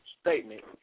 statement